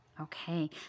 Okay